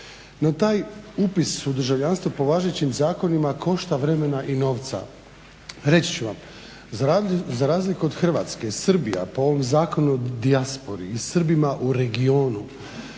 No taj upis u državljanstvo po važećim zakonima košta vremena i novca. Reći ću vam. Za razliku od Hrvatske Srbija po ovom zakonu o dijasporu i Srbima u regionu